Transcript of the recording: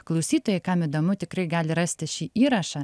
klausytojai kam įdomu tikrai gali rasti šį įrašą